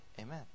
Amen